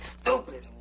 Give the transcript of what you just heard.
stupid